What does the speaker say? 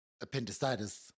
appendicitis